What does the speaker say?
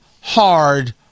hard